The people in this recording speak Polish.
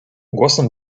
głosem